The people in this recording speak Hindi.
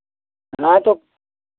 हाँ तो